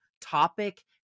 topic